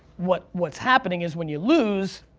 what's what's happening is when you lose,